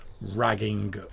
ragging